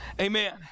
Amen